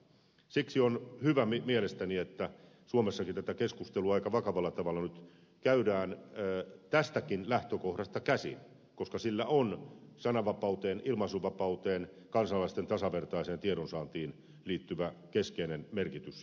siksi on hyvä mielestäni että suomessakin tätä keskustelua aika vakavalla tavalla nyt käydään tästäkin lähtökohdasta käsin koska sillä on sananvapauteen ilmaisuvapauteen kansalaisten tasavertaiseen tiedonsaantiin liittyvä keskeinen merkitys ja rooli